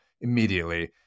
immediately